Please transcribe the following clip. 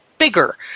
bigger